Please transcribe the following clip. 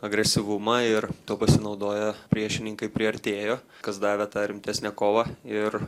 agresyvumą ir tuo pasinaudoję priešininkai priartėjo kas davė tą rimtesnę kovą ir